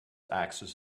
axis